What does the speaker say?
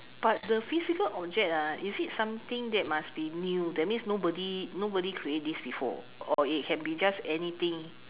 but the physical object ah is it something that must be new that means nobody nobody create this before or it can be just anything